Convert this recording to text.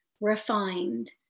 refined